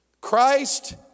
Christ